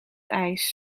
ijs